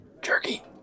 Jerky